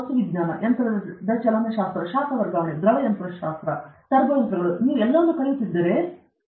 ವಸ್ತು ವಿಜ್ಞಾನ ಯಂತ್ರದ ಚಲನಶಾಸ್ತ್ರ ಶಾಖ ವರ್ಗಾವಣೆ ದ್ರವ ಯಂತ್ರಶಾಸ್ತ್ರ ಟರ್ಬೊ ಯಂತ್ರಗಳು ನೀವು ಎಲ್ಲವನ್ನೂ ಕಲಿಯುತ್ತಿದ್ದರೆ ನೀವು ಕೆಲವು ಪಡೆದರೆ